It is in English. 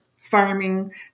farming